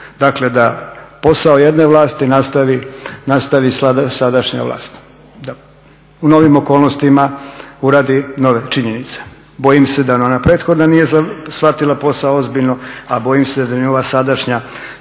dakle da posao jedne vlasti nastavi sadašnja vlast, u novim okolnostima uradi nove činjenice. Bojim se da ona prethodna nije shvatila posao ozbiljno, a bojim se da ni ova sadašnja